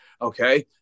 Okay